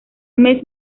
mes